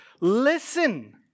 Listen